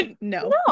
No